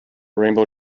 rainbow